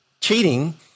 cheating